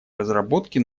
разработки